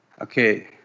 Okay